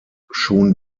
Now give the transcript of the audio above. schon